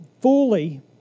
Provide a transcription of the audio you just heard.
fully